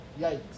Yikes